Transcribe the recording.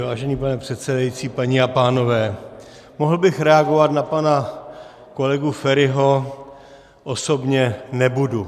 Vážený pane předsedající, paní a pánové, mohl bych reagovat na pana kolegu Feriho osobně, nebudu.